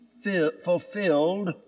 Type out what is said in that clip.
fulfilled